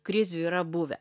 krizių yra buvę